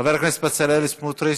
חבר הכנסת בצלאל סמוטריץ,